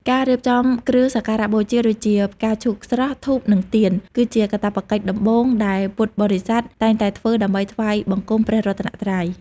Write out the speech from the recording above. ការរៀបចំគ្រឿងសក្ការបូជាដូចជា ផ្កាឈូកស្រស់ ធូប និងទៀន គឺជាកាតព្វកិច្ចដំបូងដែលពុទ្ធបរិស័ទតែងតែធ្វើដើម្បីថ្វាយបង្គំព្រះរតនត្រ័យ។